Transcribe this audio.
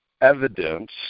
evidence